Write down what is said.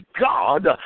God